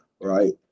right